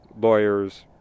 lawyers